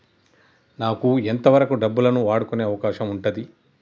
నాకు ఎంత వరకు డబ్బులను వాడుకునే అవకాశం ఉంటది?